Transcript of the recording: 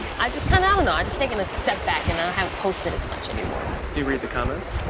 i just kind of, i don't know, i'm just taking a step back and i haven't posted as much anymore. do you read the comments?